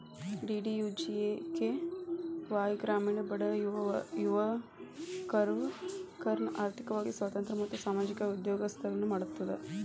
DDUGKY ಗ್ರಾಮೇಣ ಬಡ ಯುವಕರ್ನ ಆರ್ಥಿಕವಾಗಿ ಸ್ವತಂತ್ರ ಮತ್ತು ಸಾಮಾಜಿಕವಾಗಿ ಉದ್ಯೋಗಸ್ತರನ್ನ ಮಾಡ್ತದ